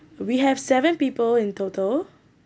we have seven people in total